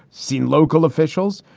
seen local officials,